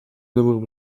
dobrą